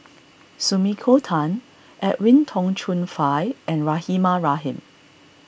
Sumiko Tan Edwin Tong Chun Fai and Rahimah Rahim